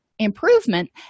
improvement